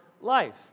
life